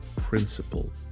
principle